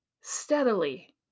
steadily